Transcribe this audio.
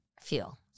feel